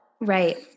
right